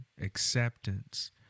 acceptance